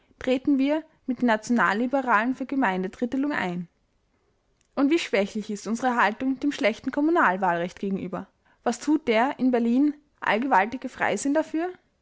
treten wir mit den nationalliberalen für gemeindedrittelung ein und wie schwächlich ist unsere haltung dem schlechten kommunalwahlrecht gegenüber was tut der in berlin allgewaltige freisinn dafür